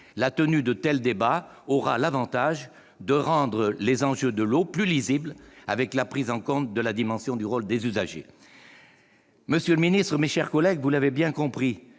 la tenue de tels débats aura l'avantage de rendre les enjeux de l'eau plus lisibles, avec la prise en compte de la dimension du rôle des usagers. Monsieur le secrétaire d'État, mes chers collègues, vous l'avez bien compris,